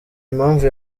impamvu